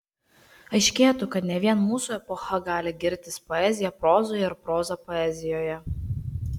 aiškėtų kad ne vien mūsų epocha gali girtis poezija prozoje ir proza poezijoje